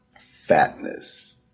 Fatness